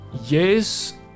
yes